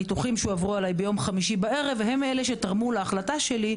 הניתוחים שהועברו אלי ביום חמישי בערב הם אלה שתרמו להחלטה שלי,